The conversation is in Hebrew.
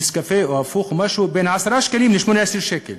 נס קפה או הפוך בין 10 שקלים ל-18 שקלים.